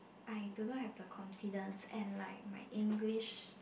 I do not have the confidence and like my English